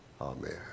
Amen